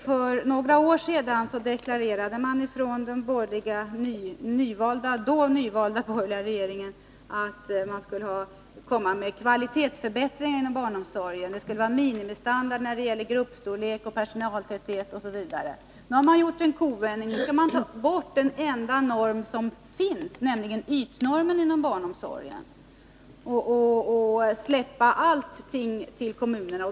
För några år sedan deklarerade man från den då nyvalda borgerliga regeringens sida att man skulle komma med förslag till kvalitetsförbättringar inom barnomsorgen. Det skulle finnas minimistandard beträffande gruppstorlek, personaltäthet osv. Nu har man gjort en kovändning och vill ta bort den enda norm som finns inom barnomsorgen, nämligen ytnormen, och överlåta alla avgöranden på kommunerna.